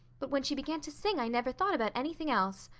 but when she began to sing i never thought about anything else.